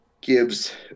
gives